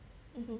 mmhmm